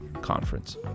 Conference